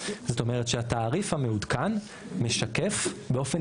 זאת אומרת שהתעריף המעודכן משקף באופן